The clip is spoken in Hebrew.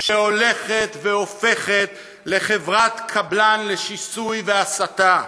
שהולכת והופכת לחברת קבלן לשיסוי והסתה.